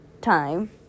time